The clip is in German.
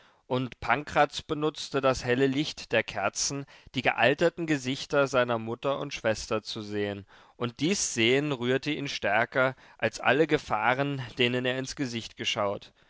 und pankraz benutzte das helle licht der kerzen die gealterten gesichter seiner mutter und schwester zu sehen und dies sehen rührte ihn stärker als alle gefahren denen er ins gesicht geschaut